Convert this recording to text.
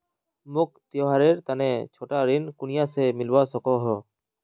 मोक त्योहारेर तने छोटा ऋण कुनियाँ से मिलवा सको हो?